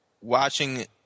watching